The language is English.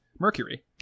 mercury